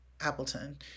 Appleton